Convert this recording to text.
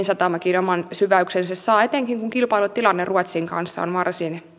satama oman syväyksensä saa etenkin kun kilpailutilanne ruotsin kanssa on varsin